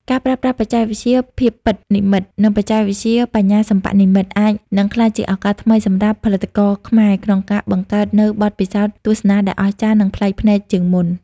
ការប្រើប្រាស់បច្ចេកវិទ្យាភាពពិតនិម្មិត និងបច្ចេកវិទ្យាបញ្ញាសិប្បនិម្មិត អាចនឹងក្លាយជាឱកាសថ្មីសម្រាប់ផលិតករខ្មែរក្នុងការបង្កើតនូវបទពិសោធន៍ទស្សនាដែលអស្ចារ្យ និងប្លែកភ្នែកជាងមុន។